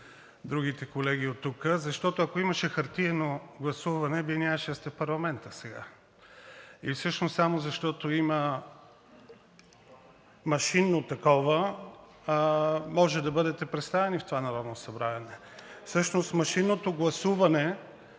другите колеги оттук. Защото, ако имаше хартиено гласуване, Вие нямаше да сте в парламента сега. Само защото има машинно такова, може да бъдете представени в това Народно събрание. Всъщност машинното гласуване